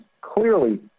clearly